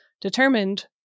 determined